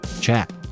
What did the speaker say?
chat